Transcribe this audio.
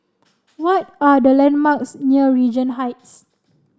what are the landmarks near Regent Heights